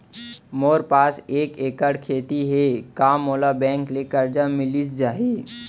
मोर पास एक एक्कड़ खेती हे का मोला बैंक ले करजा मिलिस जाही?